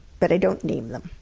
but i don't need them.